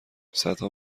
صدها